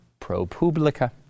ProPublica